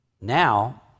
Now